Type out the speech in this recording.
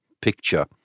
picture